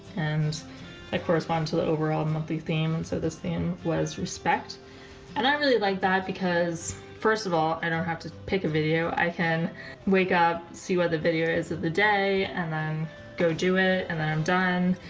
and i correspond to the overall um monthly theme and so this theme was respect and i really like that because first of all, i don't have to pick a video. i can wake up, see what the video is of the day and then go do it and then i'm done.